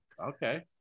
okay